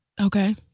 Okay